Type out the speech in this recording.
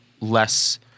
less